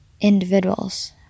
individuals